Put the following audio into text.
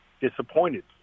disappointed